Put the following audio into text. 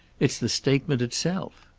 it's the statement itself.